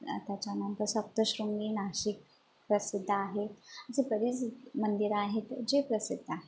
त्याच्यानंतर सप्तशृंगी नाशिक प्रसिद्ध आहे अशी बरीच मंदिरं आहेत जे प्रसिद्ध आहे